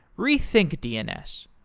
rethink dns,